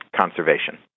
conservation